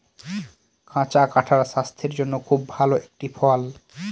কাঁচা কাঁঠাল স্বাস্থের জন্যে খুব ভালো একটি ফল